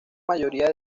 mayoría